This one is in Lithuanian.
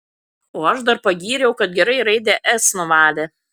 o aš dar pagyriau kad gerai raidę s nuvalė